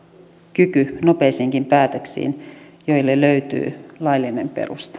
kyky nopeisiinkin päätöksiin joille löytyy laillinen